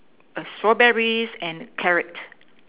a strawberries and carrot